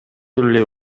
эле